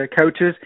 coaches